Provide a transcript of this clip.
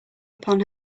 upon